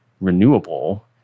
renewable